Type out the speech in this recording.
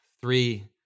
three